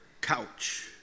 couch